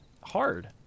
hard